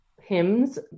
hymns